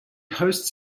hosts